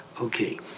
Okay